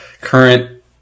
current